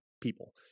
people